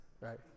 right